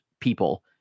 people